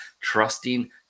trusting